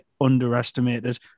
underestimated